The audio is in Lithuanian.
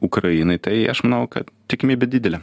ukrainai tai aš manau kad tikimybė didelė